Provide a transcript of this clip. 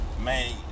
Man